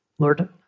Lord